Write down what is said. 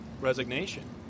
Resignation